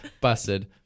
busted